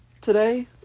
today